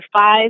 five